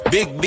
Big